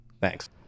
thanks